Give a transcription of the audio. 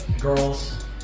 girls